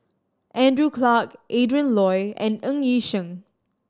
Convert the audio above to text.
Andrew Clarke Adrin Loi and Ng Yi Sheng